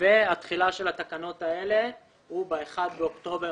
והתחילה של התקנות האלה הוא ב-1 באוקטובר